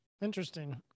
Interesting